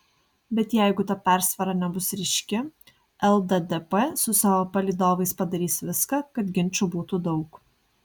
bet jeigu ta persvara nebus ryški lddp su savo palydovais padarys viską kad ginčų būtų daug